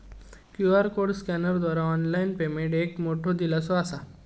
QR code स्कॅनरद्वारा online payment एक मोठो दिलासो असा